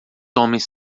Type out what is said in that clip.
homens